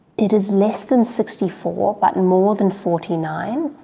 it is less than sixty four but and more than forty nine,